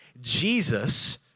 Jesus